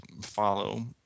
follow